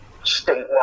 statewide